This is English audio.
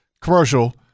commercial